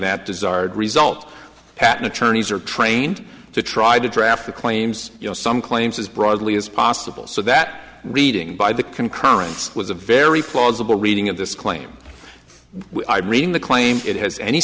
that desired result patent attorneys are trained to try to draft a claims you know some claims as broadly as possible so that reading by the concurrence was a very plausible reading of this claim i'm reading the claim it has any